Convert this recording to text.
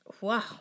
Wow